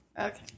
Okay